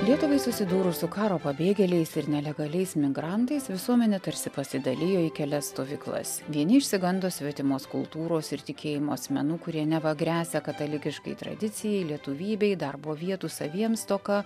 lietuvai susidūrus su karo pabėgėliais ir nelegaliais migrantais visuomenė tarsi pasidalijo į kelias stovyklas vieni išsigando svetimos kultūros ir tikėjimo asmenų kurie neva gresia katalikiškai tradicijai lietuvybei darbo vietų saviems stoka